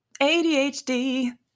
ADHD